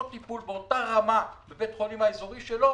טיפול באותה רמה בבית החולים האזורי שלו,